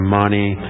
money